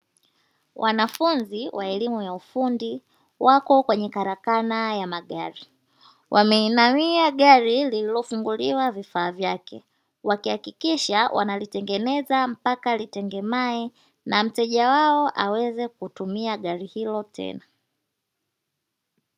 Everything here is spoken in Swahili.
Wanafunzi wa elimu ya ufundi wako kwenye karakana ya magari. Wameinamia gari lililofunguliwa vifaa vyake; wakihakikisha wanalitengeneza mpaka litengemae na mteja wao aweze kutumia gari hilo tena.